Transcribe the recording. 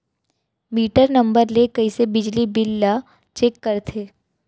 Metre number ले कइसे बिजली बिल ल चेक करथे?